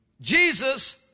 Jesus